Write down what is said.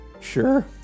sure